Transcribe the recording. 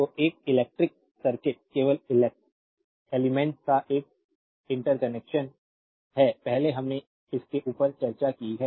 तो एक electric circuit केवल एलिमेंट्स का एक इंटरकनेक्शन है पहले हमने इसके ऊपर चर्चा की है